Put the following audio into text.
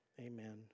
Amen